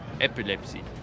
epilepsy